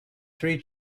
three